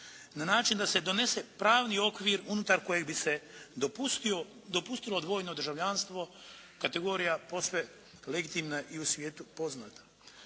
na način da se donese pravni okvir unutar kojeg bi se dopustilo dvojno državljanstvo, kategorija posve legitimna i u svijetu poznata,